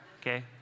okay